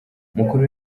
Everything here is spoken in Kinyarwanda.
umukuru